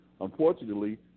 Unfortunately